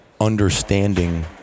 understanding